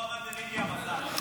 (מתן עדיפות ללוחמים ולמפונים בזכאות לדיור במעונות סטודנטים),